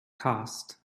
cast